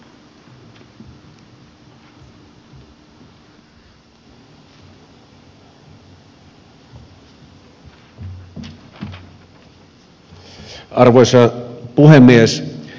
arvoisa puhemies